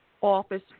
office